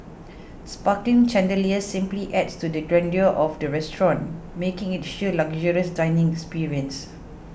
sparkling chandeliers simply adds to the grandeur of the restaurant making it a sheer luxurious dining experience